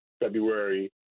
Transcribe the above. February